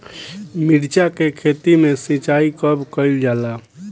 मिर्चा के खेत में सिचाई कब कइल जाला?